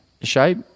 shape